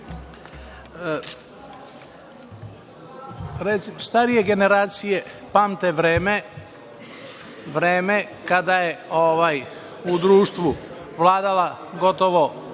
računa. Starije generacije pamte vreme kada je u društvu vladala gotovo